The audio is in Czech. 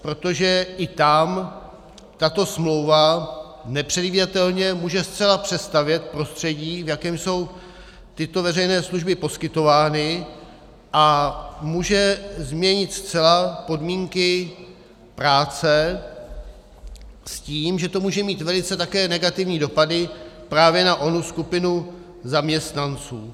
Protože i tam tato smlouva nepředvídatelně může zcela přestavět prostředí, v jakém jsou tyto veřejné služby poskytovány, a může změnit zcela podmínky práce s tím, že to může mít také velice negativní dopady právě na onu skupinu zaměstnanců.